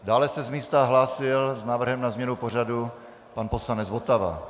Dále se z místa hlásil s návrhem na změnu pořadu pan poslanec Votava.